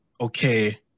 okay